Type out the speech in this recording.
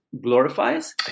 glorifies